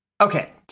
Okay